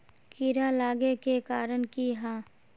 कीड़ा लागे के कारण की हाँ?